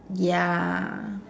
ya